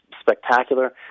spectacular